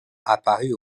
apparu